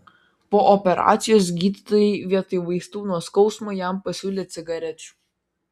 po operacijos gydytojai vietoj vaistų nuo skausmo jam pasiūlė cigarečių